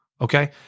Okay